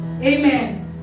Amen